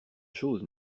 choses